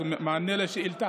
עאידה.